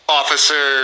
officer